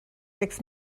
six